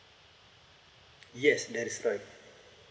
yes that is right